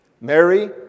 Mary